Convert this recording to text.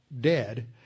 dead